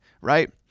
right